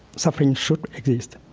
suffering should exist